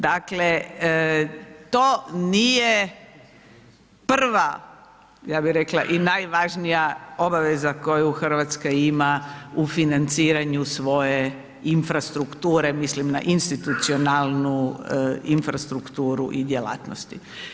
Dakle, to nije prva ja bi rekla i najvažnija obaveza koju Hrvatska ima u financiranju svoje infrastrukture, mislim na institucionalnu infrastrukturu i djelatnosti.